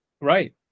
right